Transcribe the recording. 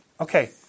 okay